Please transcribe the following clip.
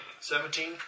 Seventeen